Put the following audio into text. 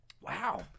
Wow